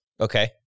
Okay